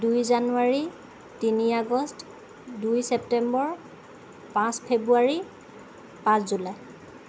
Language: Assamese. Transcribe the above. দুই জানুৱাৰী তিনি আগষ্ট দুই চেপ্তেম্বৰ পাঁচ ফেব্ৰুৱাৰী পাঁচ জুলাই